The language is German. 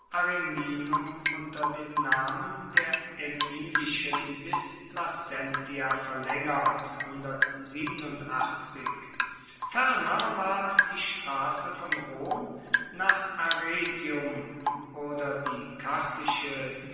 ariminum unter dem namen der aemilischen bis placentia verlaengert ferner ward die strasse von rom nach arretium oder die